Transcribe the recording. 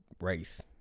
race